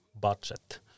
budget